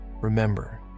remember